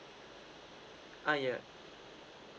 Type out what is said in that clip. ah yeah